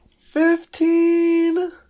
fifteen